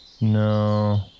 No